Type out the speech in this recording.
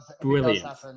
brilliant